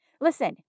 Listen